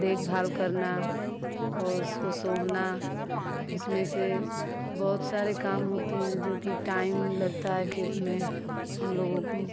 देखभाल करना और उसको सोहना उसमें से बहुत सारे काम होते हैं जो कि टाइम लगता है खेत में हम लोगों को